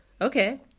Okay